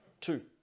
Two